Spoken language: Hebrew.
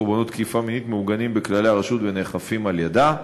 קורבנות תקיפה מינית מעוגנים בכללי הרשות ונאכפים על-ידה.